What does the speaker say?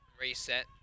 reset